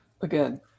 Again